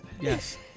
Yes